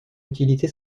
utilité